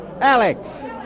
Alex